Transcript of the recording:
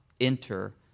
enter